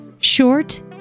Short